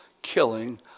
Killing